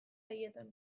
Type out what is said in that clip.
haietan